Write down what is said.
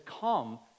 come